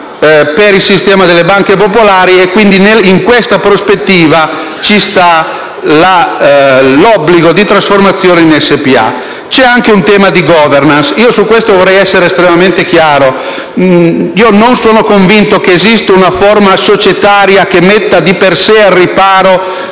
per il sistema delle banche popolari e quindi, in questa prospettiva, si giustifica l'obbligo di trasformazione in società per azioni. Si pone anche un tema di *governance,* su cui però vorrei essere estremamente chiaro. Non sono convinto che esista una forma societaria che metta di per sé al riparo